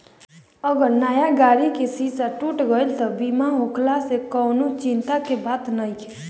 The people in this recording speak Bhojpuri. अगर नया गाड़ी के शीशा टूट गईल त बीमा होखला से कवनी चिंता के बात नइखे